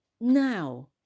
Now